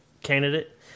candidate